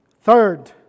Third